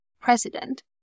president